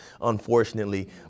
unfortunately